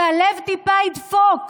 שהלב טיפה ידפוק,